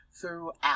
throughout